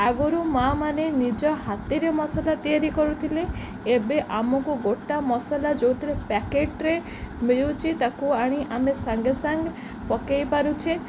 ଆଗରୁ ମାଆ ମାନେ ନିଜ ହାତରେ ମସଲା ତିଆରି କରୁଥିଲେ ଏବେ ଆମକୁ ଗୋଟା ମସଲା ଯେଉଁଥିରେ ପ୍ୟାକେଟରେ ମିଳୁଛି ତାକୁ ଆଣି ଆମେ ସାଙ୍ଗେ ସାଙ୍ଗେ ପକାଇ ପାରୁଛେ